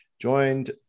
joined